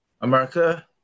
America